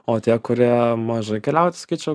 o tie kurie mažai keliauja tai sakyčiau